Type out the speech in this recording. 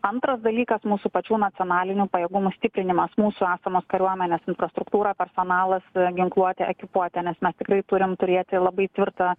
antras dalykas mūsų pačių nacionalinių pajėgumų stiprinimas mūsų esamos kariuomenės infrastruktūra personalas ginkluotė ekipuotė nes mes tikrai turim turėti labai tvirtą